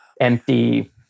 empty